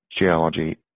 geology